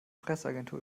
presseagentur